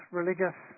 religious